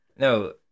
No